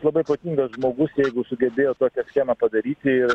labai protingas žmogus sugebėjo tokią schemą padaryti